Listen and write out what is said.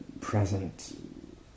present